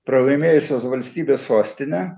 pralaimėjusios valstybės sostinę